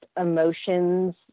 emotions